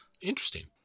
Interesting